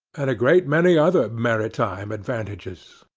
and a great many other maritime advantages.